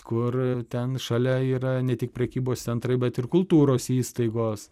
kur ten šalia yra ne tik prekybos centrai bet ir kultūros įstaigos